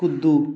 कूदू